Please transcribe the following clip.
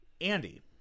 Andy